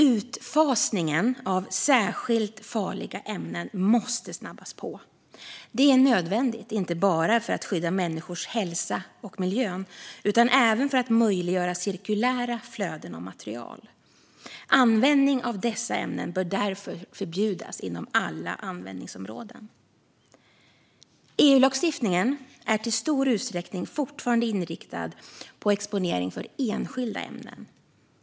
Utfasningen av särskilt farliga ämnen måste snabbas på. Det är nödvändigt inte bara för att skydda människors hälsa och miljön utan även för att möjliggöra cirkulära flöden av material. Användning av dessa ämnen bör därför förbjudas inom alla användningsområden. EU-lagstiftningen är i stor utsträckning fortfarande inriktad på exponering för enskilda ämnen.